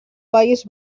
país